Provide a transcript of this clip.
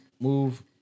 move